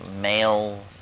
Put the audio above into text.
male